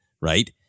right